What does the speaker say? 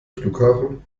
flughafen